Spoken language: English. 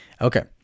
Okay